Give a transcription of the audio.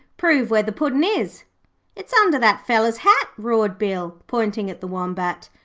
prove where the puddin is it's under that feller's hat roared bill, pointing at the wombat.